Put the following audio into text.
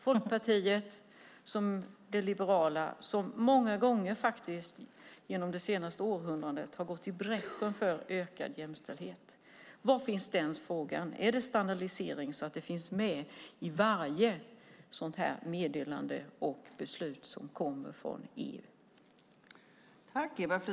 Folkpartiet som är liberalt, som många gånger genom det senaste århundradet faktiskt har gått i bräschen för ökad jämställdhet, var finns den frågan? Är det en standardisering så att det finns med i varje sådant här meddelande och beslut som kommer från EU?